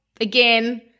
again